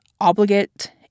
obligate